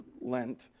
Lent